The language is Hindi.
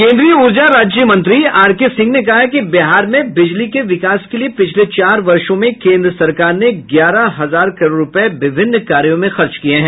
केंद्रीय ऊर्जा राज्य मंत्री आर के सिंह ने कहा है कि बिहार में बिजली के विकास के लिये पिछले चार वर्षों में केंद्र सरकार ने ग्यारह सौ करोड़ रूपये विभिन्न कार्यों में खर्च किये हैं